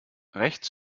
rechts